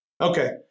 Okay